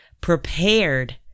prepared